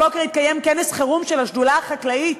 הבוקר התקיים כנס חירום של השדולה החקלאית.